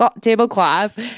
tablecloth